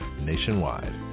nationwide